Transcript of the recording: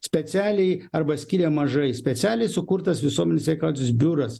specialiai arba skiria mažai specialiai sukurtas visuomenės sveikatos biuras